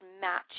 match